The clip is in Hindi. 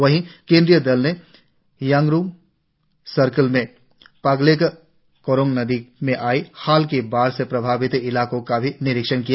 वहीं केंद्रीय दल ने यांगरुंग सर्किल में पोगलेक कोरोंग नदी में आई हाल की बाढ़ से प्रभावित इलाकों का भी निरीक्षण किया